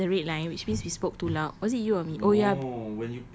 you know there's a red line which means you spoke too loud was it you or me ya